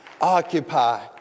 occupy